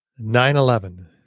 9-11